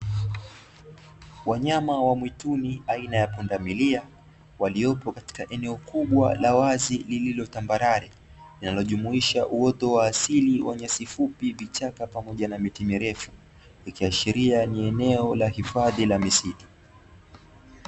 Wanyama wa mwituni aina ya punda milia, waliopo katika eneo kubwa la wazi lililotambarare, linalojumuisha uote wa asili wanyanyasi fupi, vichaka pamoja na miti mirefu, likiashiria ni eneo la hifadhi la misitu.